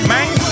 Man